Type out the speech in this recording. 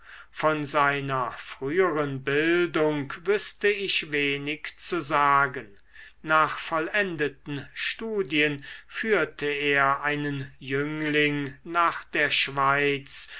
von seiner früheren bildung wüßte ich wenig zu sagen nach vollendeten studien führte er einen jüngling nach der schweiz